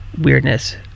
weirdness